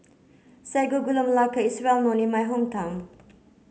Sago Gula Melaka is well known in my hometown